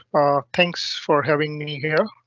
ah, thanks for having me here.